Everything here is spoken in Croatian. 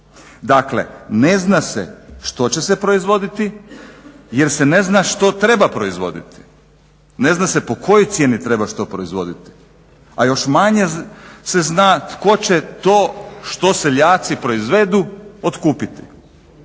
Dakle, ne zna se što će se proizvoditi jer se ne zna što treba proizvoditi, ne zna se po kojoj cijeni treba što proizvoditi, a još manje se zna tko će to što seljaci proizvedu otkupiti.